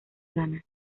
gana